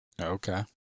Okay